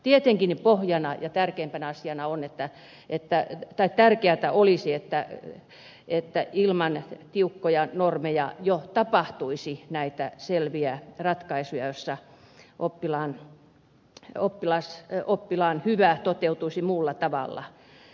tietenkin pohjana ja tärkeimpänä asiana on että epäilty tai tärkeätä olisi että ilman tiukkoja normeja jo tapahtuisi näitä selviä ratkaisuja joissa oppilaan hyvä toteutuisi muulla tavalla